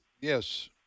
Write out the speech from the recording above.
Yes